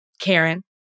Karen